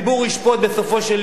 הציבור ישפוט בסופו של יום,